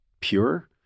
pure